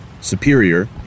superior